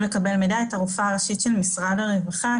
לקבל מידע את הרופאה הראשית של משרד הרווחה.